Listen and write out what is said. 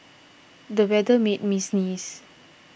the weather made me sneeze